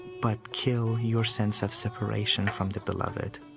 but kill your sense of separation from the beloved.